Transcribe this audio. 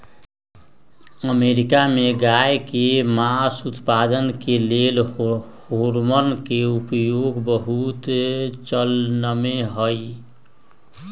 America में गायके मास उत्पादन के लेल हार्मोन के उपयोग बहुत चलनमें हइ